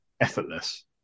effortless